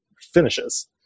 finishes